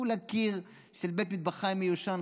כולה קיר של בית מטבחיים מיושן.